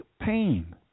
pain